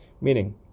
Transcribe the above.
Meaning